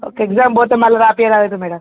ఒక ఎగ్జామ్ పోతే మళ్ళీ రాపీయరాదట మేడం